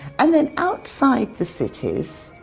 and then outside the cities,